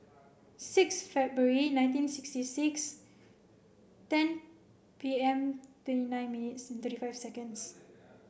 six February nineteen sixty six ten P M twenty nine minutes thirty five seconds